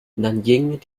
nanjing